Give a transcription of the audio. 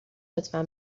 لطفا